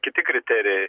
kiti kriterijai